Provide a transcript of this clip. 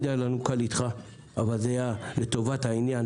היה לנו קל איתך אבל זה היה לטובת העניין,